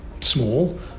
small